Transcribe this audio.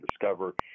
discover